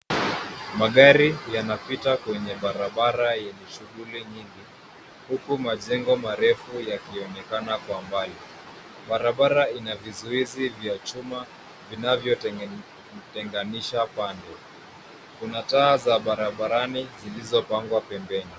Magari yanapita kwenye barabara yenye shughuli nyingi huku majengo marefu yakionekana kwa mbali. Barabara ina vizuizi vya chuma vinavyo tengenisha pande. Kuna taa za barabarani zilizopangwa pembeni.